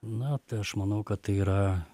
na tai aš manau kad tai yra